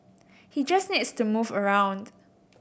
he just needs to move around